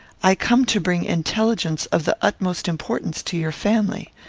i come to bring intelligence of the utmost importance to your family.